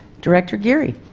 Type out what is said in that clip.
director geary